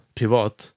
privat